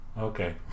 Okay